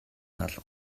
алга